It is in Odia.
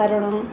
କାରଣ